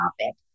topic